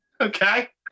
Okay